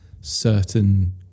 certain